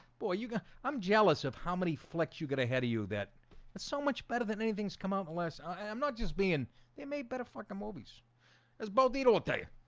boy you go i'm jealous of how many flex you got ahead of you that it's so much better than anything's come out unless i'm not just being they made better fucking movies as bolita will tell you